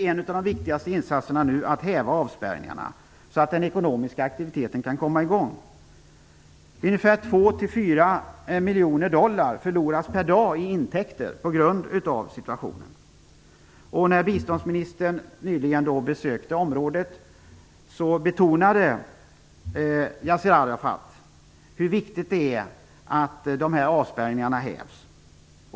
En av de viktigaste insatserna nu blir alltså att häva avspärrningarna så att den ekonomiska aktiviteten kan komma i gång. 2-4 miljoner dollar förloras per dag i intäkter på grund av situationen. När biståndsministern nyligen besökte området betonade Yassir Arafat hur viktigt det är att avspärrningarna hävs.